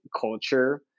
culture